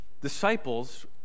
disciples